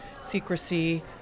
secrecy